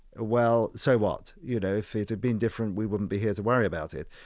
well, so what. you know, if it had been different, we wouldn't be here to worry about it.